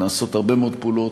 נעשות הרבה מאוד פעולות,